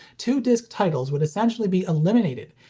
two disc titles would essentially be eliminated,